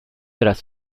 tras